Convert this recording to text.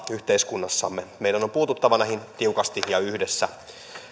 yhteiskunnassamme meidän on puututtava näihin tiukasti ja yhdessä